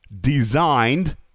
Designed